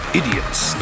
idiots